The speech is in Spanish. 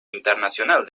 internacional